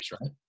right